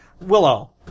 willow